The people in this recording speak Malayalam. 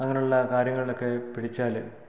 അങ്ങനെയുള്ള കാര്യങ്ങളിലൊക്കെ പിടിച്ചാൽ